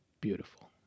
beautiful